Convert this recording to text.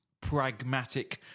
pragmatic